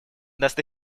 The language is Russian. даст